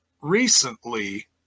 recently